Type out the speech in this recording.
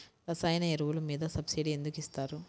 రసాయన ఎరువులు మీద సబ్సిడీ ఎందుకు ఇస్తారు?